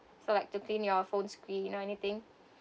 so like to clean your phone screen you know anything